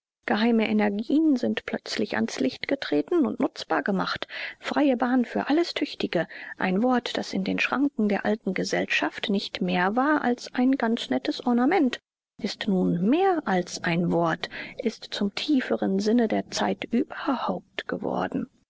geheime energien sind plötzlich ans licht getreten und nutzbar gemacht freie bahn für alles tüchtige ein wort das in den schranken der alten gesellschaft nicht mehr war als ein ganz nettes ornament ist nun mehr als ein wort ist zum tieferen sinne der zeit überhaupt geworden